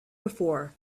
before